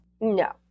No